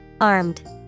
Armed